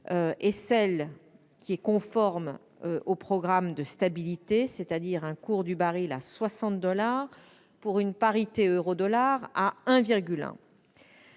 est celle qui est conforme au programme de stabilité, c'est-à-dire, un cours à 60 dollars, avec une parité euro-dollar de 1,1.